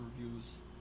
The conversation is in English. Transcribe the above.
reviews